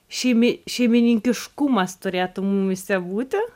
šeimi šeimininkiškumas turėtų mumyse būti